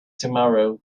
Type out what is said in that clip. tomorrow